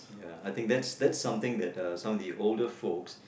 ya I think that's that's something that uh some of the older folks